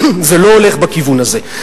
זה לא הולך בכיוון הזה,